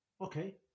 okay